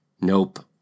Nope